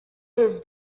his